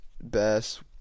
best